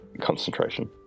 concentration